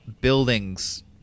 buildings